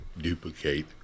duplicate